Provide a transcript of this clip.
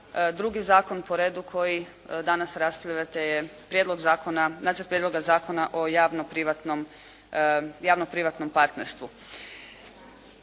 Drugi zakon po redu koji danas raspravljate je nacrt prijedloga Zakona o javno-privatnom partnerstvu.